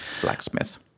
Blacksmith